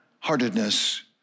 heartedness